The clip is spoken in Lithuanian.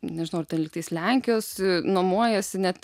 nežinau ar ten lyg tais lenkijos nuomojasi net